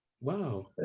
Wow